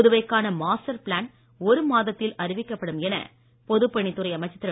புதுவைக்கான master plan ஒரு மாதத்தில் அறிவிக்கப்படும் என பொதுப்பணித்துறை அமைச்சர் திரு